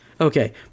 Okay